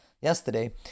yesterday